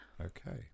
okay